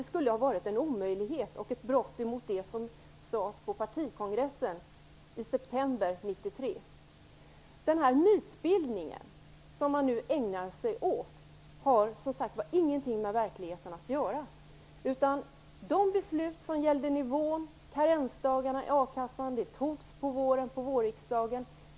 Det skulle ha varit en omöjlighet och ett brott mot det som sades på partikongressen i september 1993. Den här mytbildningen som man nu ägnar sig åt har, som sagt var, ingenting med verkligheten att göra. De beslut som gällde nivån och karensdagarna i a-kassan fattades under våren av vårriksdagen.